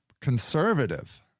conservative